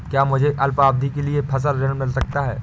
क्या मुझे अल्पावधि के लिए फसल ऋण मिल सकता है?